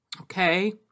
okay